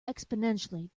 exponentially